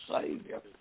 Savior